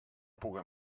puga